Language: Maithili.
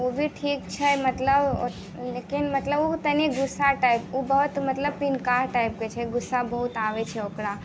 ओ भी ठीक छै मतलब लेकिन मतलब ओ तनी गुस्सा टाइपके ओ बहुत मतलब पिनकाह टाइपके छै गुस्सा बहुत आबै छै ओकरा